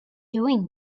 doing